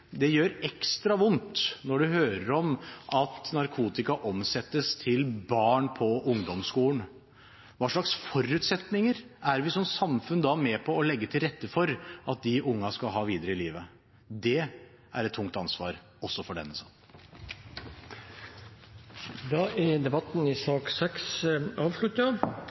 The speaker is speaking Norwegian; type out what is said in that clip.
det gjør ekstra vondt når en hører om at narkotika omsettes til barn på ungdomsskolen. Hva slags forutsetninger er vi som samfunn da med på å legge til rette for at de ungene skal ha videre i livet – det er et tungt ansvar også for denne sal. Da er debatten i sak